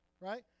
right